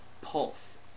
pulse